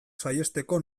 saihesteko